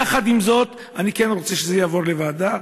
יחד עם זאת אני כן רוצה שזה יעבור לוועדה,